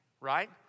right